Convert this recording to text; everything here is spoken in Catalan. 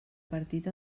partit